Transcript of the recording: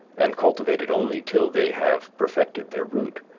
and cultivated only till they have perfected their root,